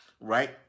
Right